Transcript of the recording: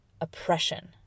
oppression